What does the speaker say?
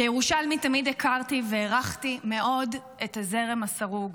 כירושלמית תמיד הכרתי והערכתי מאוד את הזרם הסרוג.